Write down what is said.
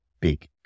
big